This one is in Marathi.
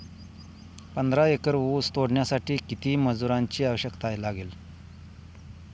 पंधरा एकर ऊस तोडण्यासाठी किती मजुरांची आवश्यकता लागेल?